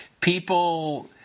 people